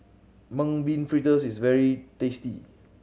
Mung Bean Fritters is very tasty